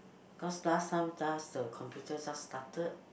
cause last time just the computer just started